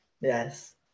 Yes